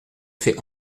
fait